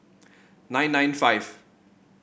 nine nine five